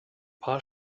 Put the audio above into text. paar